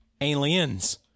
Aliens